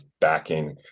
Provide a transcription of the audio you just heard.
backing